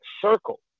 Circle